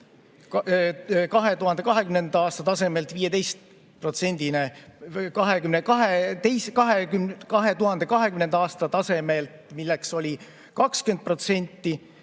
2020. aasta tasemelt, milleks oli 20%,